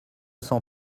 cent